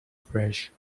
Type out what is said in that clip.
fresh